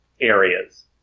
areas